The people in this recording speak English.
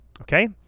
Okay